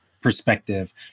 perspective